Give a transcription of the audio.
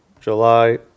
July